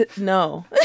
no